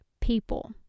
people